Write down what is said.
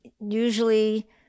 Usually